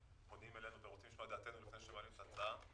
אלינו ורוצים את חוות דעתנו לפני שמעלים את ההצעה.